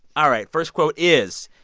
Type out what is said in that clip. all right. first quote is,